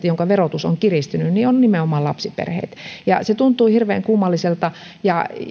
jonka verotus on tosiasiallisesti kiristynyt on nimenomaan lapsiperheet se tuntuu hirveän kummalliselta ja